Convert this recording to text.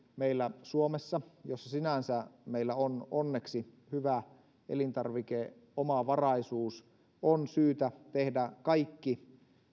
meillä suomessa jossa meillä on sinänsä onneksi hyvä elintarvikeomavaraisuus on syytä tehdä kaikki